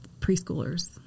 preschoolers